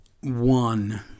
one